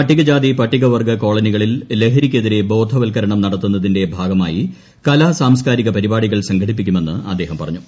പട്ടികജാതി പട്ടികവർഗ്ഗു കോളനികളിൽ ലഹരിക്കെതിരെ ബോധവൽക്കരണം നടത്തുന്നതിന്റെ ഭാഗമായി കലാസാംസ്കാരിക പരിഷ്ട്ടികൾ സംഘടിപ്പിക്കുമെന്ന് അദ്ദേഹം പറഞ്ഞു